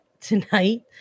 tonight